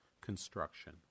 construction